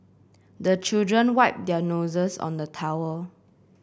the children wipe their noses on the towel